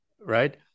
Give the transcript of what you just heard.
right